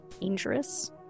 dangerous